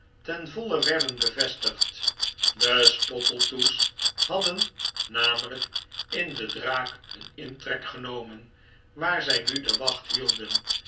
ten voile werden bevestigd de spottletoe's hadden namelijk in de draak nun intrek genomen waar zij nu de wacht hielden